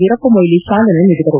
ವೀರಪ್ಪಮೊಯ್ಲಿ ಚಾಲನೆ ನೀಡಿದರು